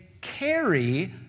carry